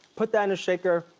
put that in a shaker,